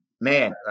man